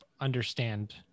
understand